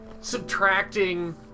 subtracting